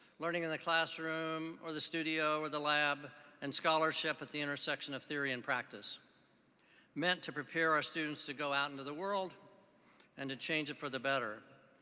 learning in the classroom or the studio or the lab and scholarship at the intersection of theory and practice meant to prepare our students to go out into the world and to change it for the better.